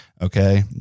Okay